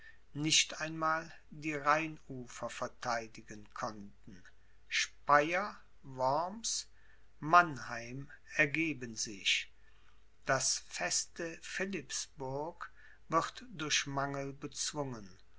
nicht einmal die rheinufer vertheidigen konnten speyer worms mannheim ergeben sich das feste philippsburg wird durch mangel bezwungen